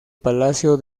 palacio